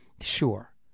sure